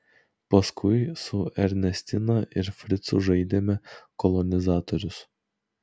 paskui su ernestina ir fricu žaidėme kolonizatorius